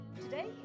Today